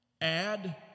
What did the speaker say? Add